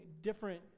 different